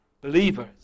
believers